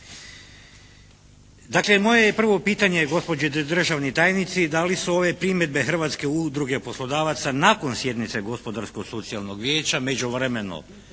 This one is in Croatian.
Dakle moje je prvo pitanje gospođi državnoj tajnici da li su ove primjedbe Hrvatske udruge poslodavaca nakon sjednice Gospodarsko-socijalnog vijeća u međuvremenu